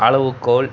அளவுக்கோல்